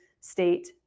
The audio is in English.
state